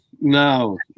No